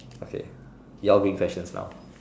okay you all bring questions now